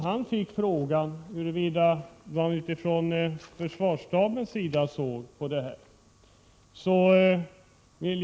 Han fick frågan hur man från försvarsstaben såg på den föreslagna organisationen.